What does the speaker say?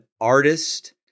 artist